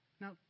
Now